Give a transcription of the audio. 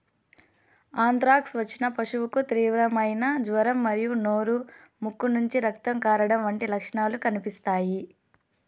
anthrax వచ్చిన పశువుకు తీవ్రమైన జ్వరం మరియు నోరు, ముక్కు నుంచి రక్తం కారడం వంటి లక్షణాలు కనిపిస్తాయి